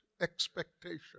expectation